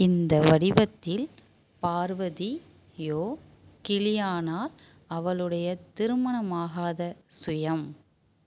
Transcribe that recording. இந்த வடிவத்தில் பார்வதியோ கிளியானாள் அவளுடைய திருமணமாகாத சுயம்